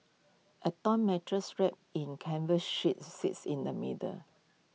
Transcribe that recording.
A torn mattress wrapped in canvas sheets sits in the middle